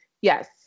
Yes